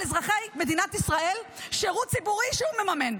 אזרחי מדינת ישראל שירות ציבורי שהוא מממן.